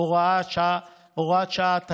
הוראת שעה),